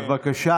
בבקשה,